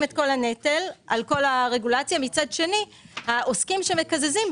את כל הנטל על כל הרגולציה ומצד שני העוסקים שמקזזים,